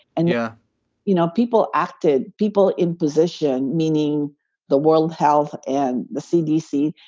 and you're you know, people acted people in position, meaning the world health and the cdc.